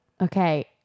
Okay